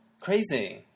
Crazy